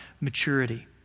maturity